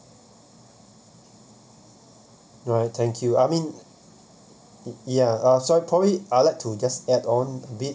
right thank you I mean ya uh sorry probably I'd like to just add on a bit